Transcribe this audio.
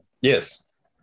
yes